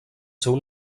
seu